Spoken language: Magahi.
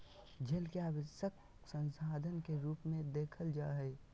जल के आवश्यक संसाधन के रूप में देखल जा हइ